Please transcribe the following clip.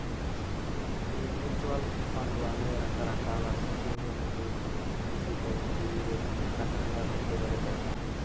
ఈ mutual fund వాళ్లే రకరకాల స్కీంల నుండి దుద్దు సీకరించి వీరే రకంగా పెట్టుబడి పెడతారు